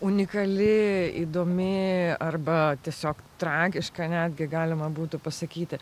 unikali įdomi arba tiesiog tragiška netgi galima būtų pasakyti